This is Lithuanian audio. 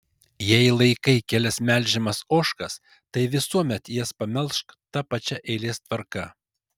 jei laikai kelias melžiamas ožkas tai visuomet jas pamelžk ta pačia eilės tvarka